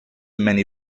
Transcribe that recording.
many